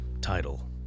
Title